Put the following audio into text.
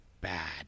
bad